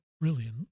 brilliant